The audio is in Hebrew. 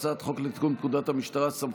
לפיכך אני קובע כי הצעת חוק לתיקון פקודת המשטרה (סמכויות),